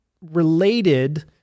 related